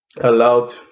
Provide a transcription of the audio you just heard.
allowed